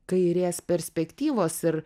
kairės perspektyvos ir